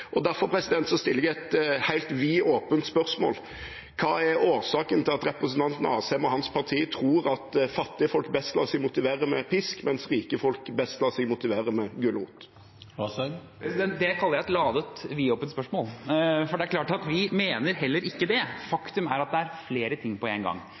Derfor stiller jeg et helt vidåpent spørsmål: Hva er årsaken til at representanten Asheim og hans parti tror at fattige folk best lar seg motivere med pisk, mens rike folk best lar seg motivere med gulrot? Det kaller jeg et ladet, vidåpent spørsmål, for det er klart at vi mener heller ikke det. Faktum er at det er flere ting på én gang.